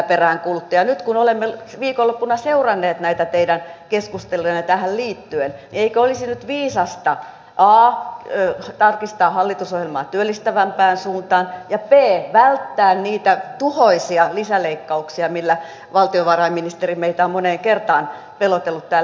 ja nyt kun olemme viikonloppuna seuranneet näitä teidän keskustelujanne tähän liittyen niin eikö olisi nyt viisasta a tarkistaa hallitusohjelmaa työllistävämpään suuntaan ja b välttää niitä tuhoisia lisäleikkauksia joilla valtiovarainministeri meitä on moneen kertaan pelotellut täällä